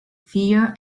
fear